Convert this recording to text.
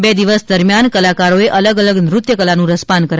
બે દિવસ દરમિયાન કલાકારોએ અલગ અલગ નૃત્ય કલાનુ રસપાન કરાવ્યુ